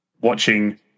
Watching